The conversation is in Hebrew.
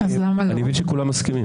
אני מבין שכולם מסכימים.